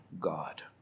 God